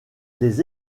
les